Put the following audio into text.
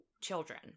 children